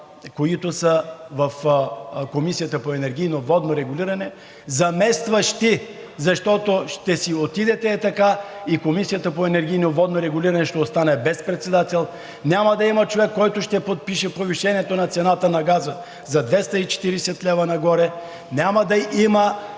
които са в Комисията по енергийно и водно регулиране, заместващи, защото ще си отидете ей така и Комисията по енергийно и водно регулиране ще остане без председател. Няма да има човек, който ще подпише повишението на цената на газа – за 240 лв. нагоре, няма да има